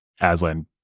Aslan